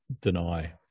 deny